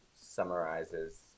summarizes